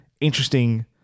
interesting